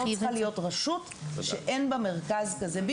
צריכה להיות רשות אחת שאין בה מרכז כזה.